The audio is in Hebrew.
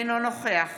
אינו נוכח